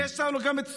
ויש לנו גם את סמוטריץ',